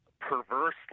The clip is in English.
perversely